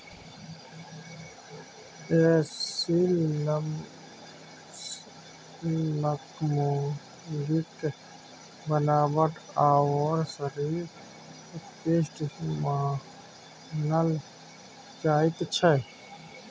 एसील नस्लक मुर्गीक बनावट आओर शरीर उत्कृष्ट मानल जाइत छै